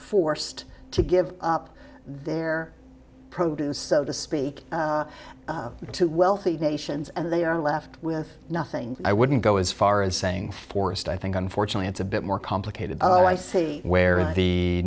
forced to give up their produce so to speak to wealthy nations and they are left with nothing i wouldn't go as far as saying forced i think unfortunately it's a bit more complicated oh i see where the